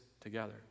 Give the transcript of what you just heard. together